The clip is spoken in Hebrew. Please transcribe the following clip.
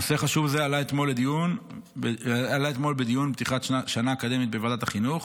נושא חשוב זה עלה אתמול בדיון פתיחת השנה האקדמית בוועדת החינוך,